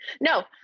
no